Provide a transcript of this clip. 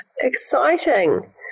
exciting